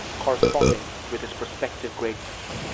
corresponding with his prospective greatness.